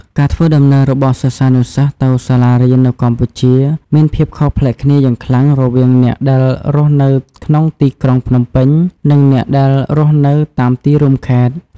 ការធ្វើដំណើររបស់សិស្សានុសិស្សទៅសាលារៀននៅកម្ពុជាមានភាពខុសប្លែកគ្នាយ៉ាងខ្លាំងរវាងអ្នកដែលរស់នៅក្នុងទីក្រុងភ្នំពេញនិងអ្នកដែលរស់នៅតាមទីរួមខេត្ត។